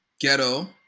ghetto